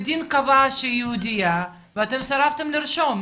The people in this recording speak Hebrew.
בית דין קבע שהיא יהודייה ואתם סירבתם לרשום,